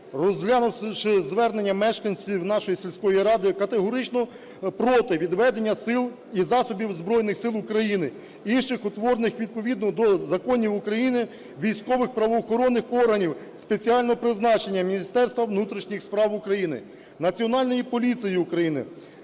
розглянувши звернення мешканців нашої сільської ради, категорично проти відведення сил і засобів Збройних Сил України і інших утворених відповідно до законів України військових правоохоронних органів спеціального призначення Міністерством внутрішніх справ України, Національної поліції України,